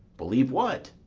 believe what?